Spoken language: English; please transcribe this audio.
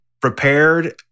prepared